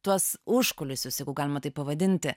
tuos užkulisius jeigu galima taip pavadinti